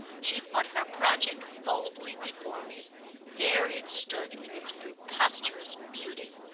she put her project boldly before me there it stood in its preposterous beauty.